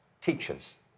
teachers